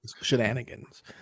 Shenanigans